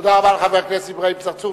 תודה רבה לחבר הכנסת אברהים צרצור.